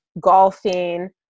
golfing